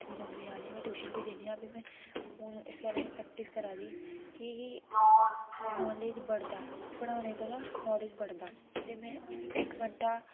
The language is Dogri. अट्ठमी नौमीं आह्लें गी मैं ट्यूशन बी दिन्नी आं हून इस बैल्ले में प्रेक्टिस करै दी कि नालेज बड़दा पढ़ाने कोला नालेज बड़दा ते में इक घन्टा